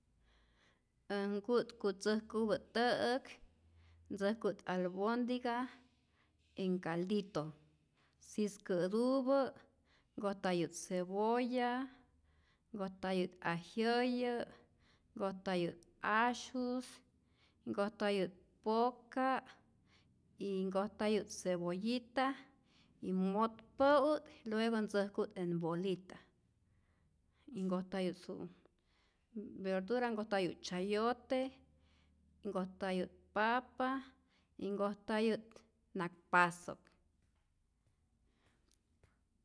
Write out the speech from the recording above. Äj nku'tku ntzäjkupä't tä'äk, ntzäjku't albondiga en caldito y kä'tupä nkojtayu't cebolla, nkojtayu't ajyäyä', nkojtayu't asyus, nkojtayu't poka' y nkojtayu't cebollita y motpäu't luego ntzäjku't en bolita, y nkojtayu't je de verdura nkojtayu't chayote, nkojtayu't papa y nkojtayu't nakpasok.